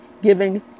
giving